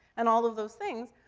and all of those things.